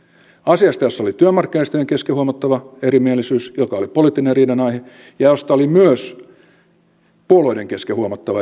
asiasta jossa oli työmarkkinajärjestöjen kesken huomattava erimielisyys joka oli poliittinen riidanaihe ja josta oli myös puolueiden kesken huomattava erimielisyys